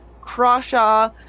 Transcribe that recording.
Crawshaw